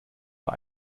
war